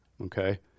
Okay